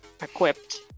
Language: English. equipped